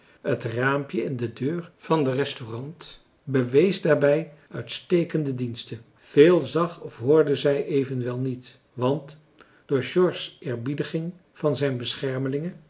het raampje in de deur van den restaurant bewees daarbij uitstekende diensten veel zag of hoorde zij evenwel niet want door george's eerbiediging van zijn